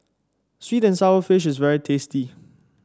sweet and sour fish is very tasty